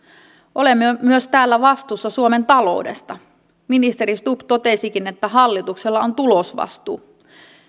olemme myös täällä vastuussa suomen taloudesta ministeri stubb totesikin että hallituksella on tulosvastuu